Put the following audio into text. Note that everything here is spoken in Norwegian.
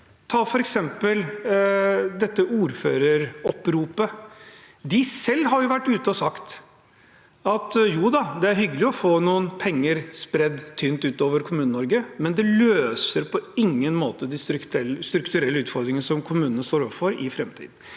Ta f.eks. dette ordføreroppropet. De selv har vært ute og sagt at jo da, det er hyggelig å få noen penger spredd tynt utover Kommune-Norge, men det løser på ingen måte de strukturelle utfordringene som kommunene står overfor i framtiden.